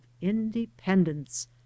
independence